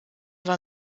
war